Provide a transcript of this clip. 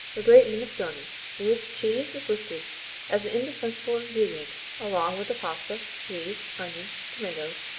the great minestrone, in which cheese is listed as an indispensable ingredient along with the pasta, peas, onion, tomatoes,